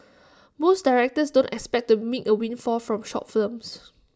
most directors don't expect to make A windfall from short films